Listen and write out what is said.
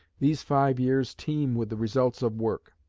these five years teem with the results of work.